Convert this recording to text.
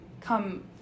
come